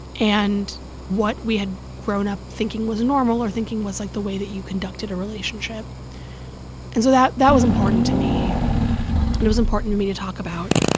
and what we had grown up thinking was normal or thinking was, like, the way that you conducted a relationship and so that that was important to me, and it was important for me to talk about,